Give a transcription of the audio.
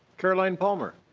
caroline palmer.